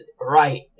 right